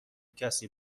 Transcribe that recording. کسی